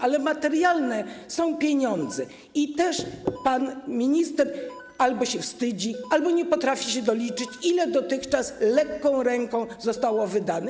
Ale materialne są pieniądze i też pan minister albo się wstydzi, albo nie potrafi się doliczyć, ile dotychczas lekką ręką zostało wydane.